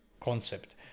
concept